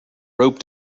rope